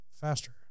faster